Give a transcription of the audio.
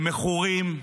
במכורים,